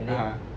(uh huh)